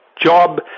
job